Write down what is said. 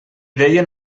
deien